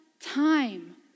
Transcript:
time